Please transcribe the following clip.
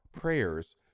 Prayers